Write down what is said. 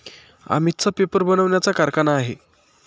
अमितचा पेपर बनवण्याचा कारखाना आहे